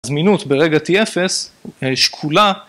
הזמינות ברגע T0, שקולה.